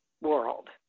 world